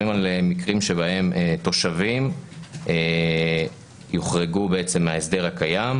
על מקרים שבהם תושבים יוחרגו מההסדר הקיים,